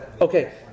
Okay